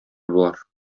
болар